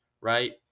right